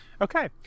Okay